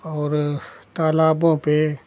और तालाबों पर